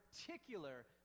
particular